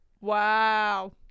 Wow